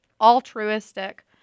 Altruistic